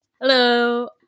Hello